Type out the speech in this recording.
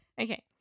Okay